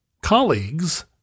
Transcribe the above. colleagues